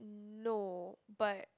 no but